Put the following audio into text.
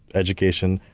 education,